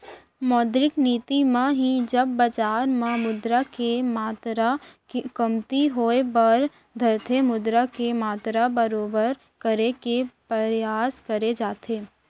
मौद्रिक नीति म ही जब बजार म मुद्रा के मातरा कमती होय बर धरथे मुद्रा के मातरा बरोबर करे के परयास करे जाथे